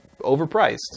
overpriced